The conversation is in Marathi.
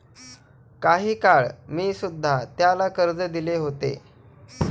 काही काळ मी सुध्धा त्याला कर्ज दिले होते